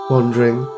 Wandering